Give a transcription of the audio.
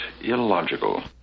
illogical